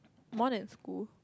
more than school